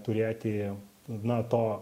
turėti na to